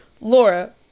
Laura